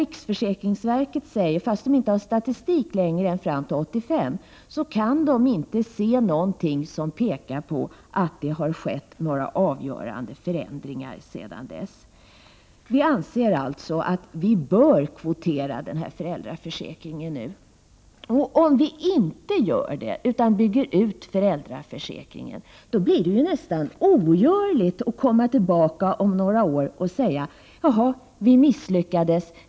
Riksförsäkringsverket har, som sagt, bara statistik fram till 1985. Men trots det kan man inte se någonting som talar för att det har skett några avgörande förändringar sedan dess. Vi anser således att det bör ske en kvotering när det gäller föräldraförsäkringen. Om vi inte gör det utan i stället väljer att bygga ut föräldraförsäkringen, blir det nästan ogörligt att komma tillbaka om några år och säga: Ja, vi misslyckades.